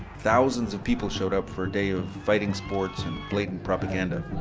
thousands of people showed up for a day of fighting sports and blatant propaganda.